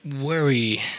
Worry